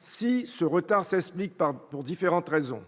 celles-ci. Si ce retard s'explique par différentes raisons,